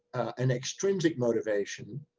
an extrinsic motivation,